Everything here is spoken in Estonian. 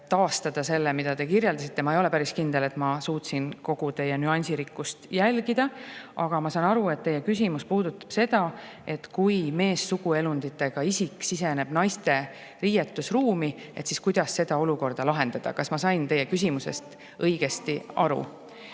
taastada selle, mida te kirjeldasite. Ma ei ole päris kindel, et ma suutsin kogu teie nüansirikkust jälgida, aga ma saan aru, et teie küsimus puudutab seda, et kui meessuguelunditega isik siseneb naiste riietusruumi, siis kuidas seda olukorda lahendada. Kas ma sain teie küsimusest õigesti aru?